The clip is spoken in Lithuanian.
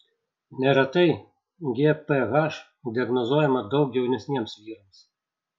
neretai gph diagnozuojama daug jaunesniems vyrams